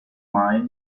mai